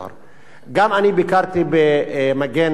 גם אני ביקרתי ב"מגן ציון".